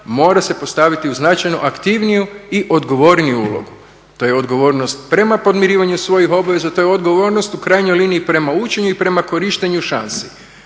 mora se postaviti u značajno aktivniju i odgovorniju ulogu, to je odgovornost prema podmirivanju svojih obveza, to je odgovornost u krajnjoj liniji prema učenju i prema korištenju šansi.